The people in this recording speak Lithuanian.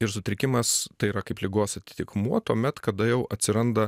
ir sutrikimas tai yra kaip ligos atitikmuo tuomet kada jau atsiranda